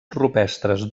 rupestres